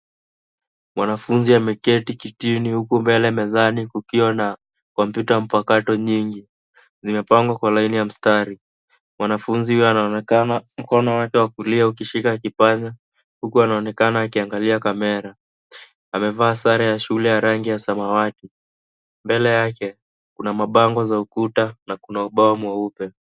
Wanafunzi wameketi kitini huku mbele mezani kupewa na kompyuta mpakato nyingi. Zimepangwa kwa line ya mstari. Mwanafunzi huyo anaonekana mkono wake wa kulia ukishika kipanya huku anaonekana akiangalia kamera. Amevaa sare ya shule ya rangi ya samawati. Mbele yake kuna mabango za ukuta na kuna ubao mweupe.